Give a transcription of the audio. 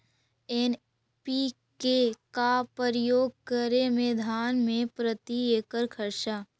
NPK का प्रयोग करे मे धान मे प्रती एकड़ खर्चा?